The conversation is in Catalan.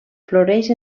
floreix